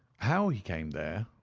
how he came there,